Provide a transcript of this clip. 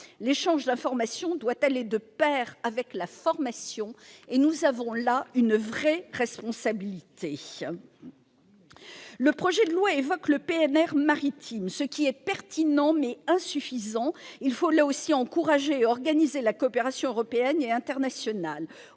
L'échange d'informations doit aller de pair avec la formation. Nous avons là une vraie responsabilité. Le projet de loi autorise également la création d'un PNR maritime, ce qui est pertinent, mais insuffisant. Il faut là encore encourager et organiser la coopération européenne et internationale